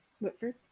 whitford